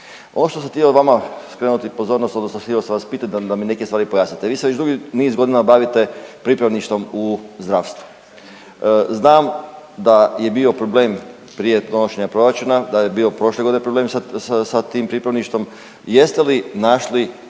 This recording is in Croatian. Ono što sam htio vama skrenuti pozornost odnosno htio sam vas pitati da mi neke stvari pojasnite. Vi se već dugi niz godina bavite pripravništvom u zdravstvu. Znam da je bio problem prije donošenja proračuna, da je bio prošle godine problem sa tim pripravništvom. Jeste li našli